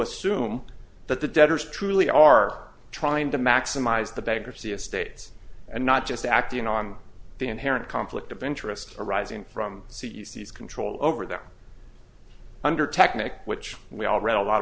assume that the debtors truly are trying to maximize the bankruptcy of states and not just acting on the inherent conflict of interest arising from c d c s control over them under technic which we all read a lot